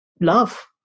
love